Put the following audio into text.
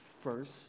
first